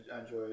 enjoy